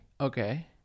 Okay